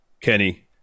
Kenny